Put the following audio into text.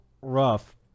rough